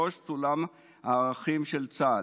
בראש סולם הערכים של צה"ל,